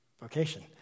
vocation